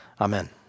Amen